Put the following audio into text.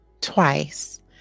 twice